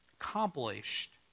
accomplished